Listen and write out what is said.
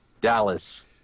Dallas